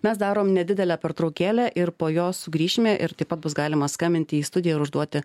mes darom nedidelę pertraukėlę ir po jos sugrįšime ir taip pat bus galima skambinti į studiją ir užduoti